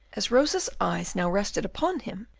as rosa's eyes now rested upon him,